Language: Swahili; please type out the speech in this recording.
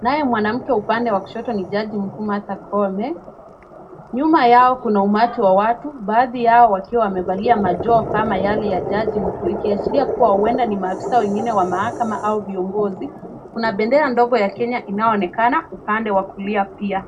naye mwanamke upande wa kushoto ni jaji mkuu Martha Koome. Nyuma yao kuna umati wa watu baadhi yao wakiwa wamevalia majoho kama yale ya jaji mkuu ikiashiria kuwa huenda ni maafisa wengine wa mahakama au viongozi. Kuna bendera ndogo ya Kenya inayoonekana upande wa kulia pia.